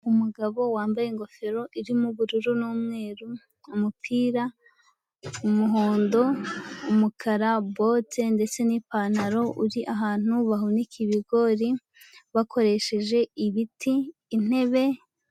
Umugabo wambaye ingofero, irimo ubururu n'umweru, umupira umuhondo, umukara bote ndetse ni'pantaro, uri ahantu bahunika ibigori bakoresheje ibiti, intebe.